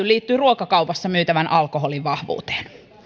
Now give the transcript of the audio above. liittyy ruokakaupassa myytävän alkoholin vahvuuteen